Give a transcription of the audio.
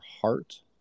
heart